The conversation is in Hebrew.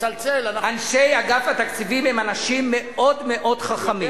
אנשי אגף התקציבים הם אנשים מאוד מאוד חכמים,